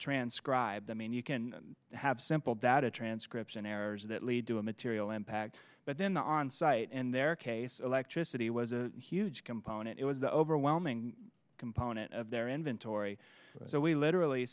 transcribed i mean you can have simple data transcription errors that lead to a material impact but then on site and their case electricity was a huge component it was the overwhelming component of their inventory so we literally